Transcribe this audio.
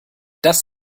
das